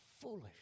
foolish